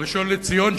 הראשון לציון,